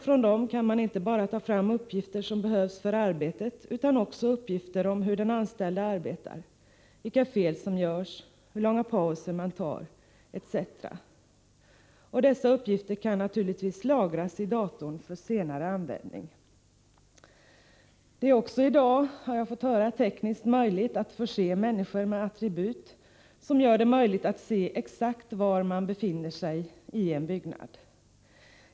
Från dem kan man inte bara ta fram uppgifter som behövs för arbetet utan också uppgifter om hur den anställde arbetar, vilka fel som görs, hur långa pauser denne tar etc. Dessa uppgifter kan naturligtvis lagras i datorn för senare användning. Det är också i dag, har jag fått höra, tekniskt möjligt att förse människor med attribut som gör att man kan se exakt var de befinner sig i en byggnad.